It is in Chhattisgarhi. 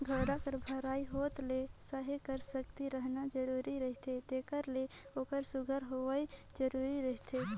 गाड़ा कर भरई होत ले सहे कर सकती रहना जरूरी रहथे तेकर ले ओकर सुग्घर होवई जरूरी रहथे